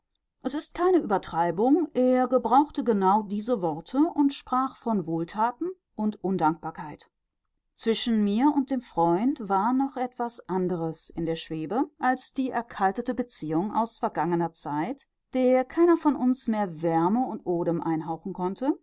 es ist keine übertreibung er gebrauchte genau diese worte und sprach von wohltaten und undankbarkeit zwischen mir und dem freund war noch etwas anderes in der schwebe als die erkaltete beziehung aus vergangener zeit der keiner von uns mehr wärme und odem einhauchen konnte